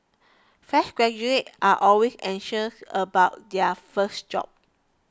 fresh graduates are always anxious about their first job